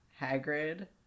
Hagrid